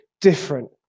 different